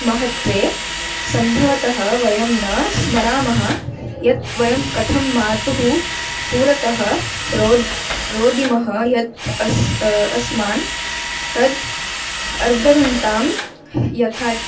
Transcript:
महत्त्वे सम्भवतः वयं न स्मरामः यत् वयं कथं मातुः पुरतः रोद् रुदिमः यत् अस् अस्मान् तत् अर्धघण्टां यथा